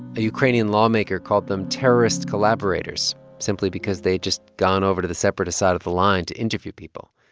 a ukrainian lawmaker called them terrorist collaborators simply because they'd just gone over to the separatist side of the line to interview people.